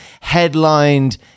headlined